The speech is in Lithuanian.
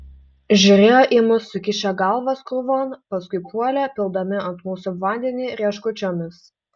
žiūrėjo į mus sukišę galvas krūvon paskui puolė pildami ant mūsų vandenį rieškučiomis